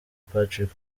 patrick